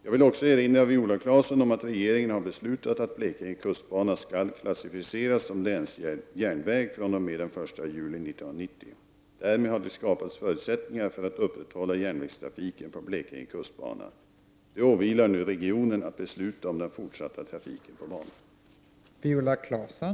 Jag vill också erinra Viola Claesson om att regeringen har beslutat att Blekinge kustbana skall klassificeras som länsjärnväg fr.o.m. den 1 juli 1990. Därmed har det skapats förutsättningar för att upprätthålla järnvägstrafik på Blekinge kustbana. Det åvilar nu regionen att besluta om den fortsatta trafiken på banan.